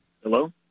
Hello